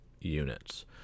units